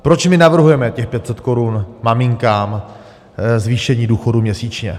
Proč my navrhujeme těch 500 korun maminkám, zvýšení důchodů měsíčně?